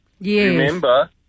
Remember